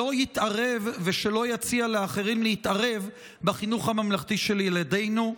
שלא יתערב ושלא יציע לאחרים להתערב בחינוך הממלכתי של ילדינו.